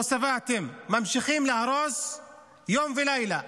לא שבעתם, ממשיכים להרוס יום ולילה.